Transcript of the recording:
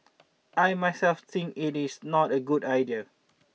I myself think it's not a good idea